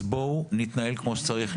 בואו נתנהל כמו שצריך.